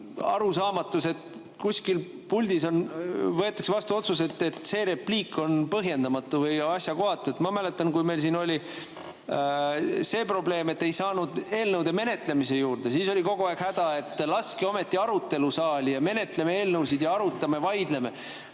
arusaamatus, et kuskil puldis võetakse vastu otsus, et see repliik on põhjendamatu või asjakohatu. Ma mäletan, kui meil siin oli see probleem, et ei saanud eelnõude menetlemise juurde minna, siis oli kogu aeg häda, et laske ometi arutelu saali ja menetleme eelnõusid ja arutame, vaidleme.